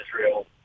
Israel